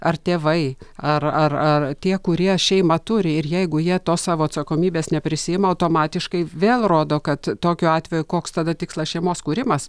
ar tėvai ar ar ar tie kurie šeimą turi ir jeigu jie tos savo atsakomybės neprisiima automatiškai vėl rodo kad tokiu atveju koks tada tikslas šeimos kūrimas